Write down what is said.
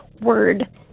word